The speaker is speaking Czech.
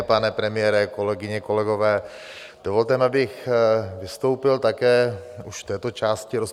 Pane premiére, kolegyně, kolegové, dovolte mi, abych vystoupil také už v této části rozpravy.